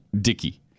Dicky